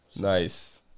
Nice